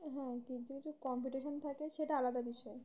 হ্যাঁ কিছু কিছু কম্পিটিশন থাকে সেটা আলাদা বিষয়